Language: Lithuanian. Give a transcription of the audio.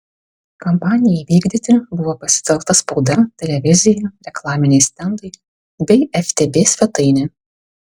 kampanijai vykdyti buvo pasitelkta spauda televizija reklaminiai stendai bei ftb svetainė